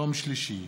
יום שלישי,